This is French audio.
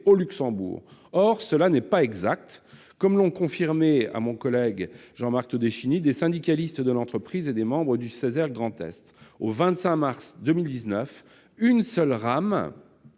au Luxembourg. Or cela n'est pas exact, ainsi que l'ont confirmé à Jean-Marc Todeschini des syndicalistes de l'entreprise et des membres du CESE Grand Est. Au 25 mars 2019, une seule rame